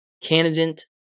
candidate